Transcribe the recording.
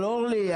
אבל אורלי,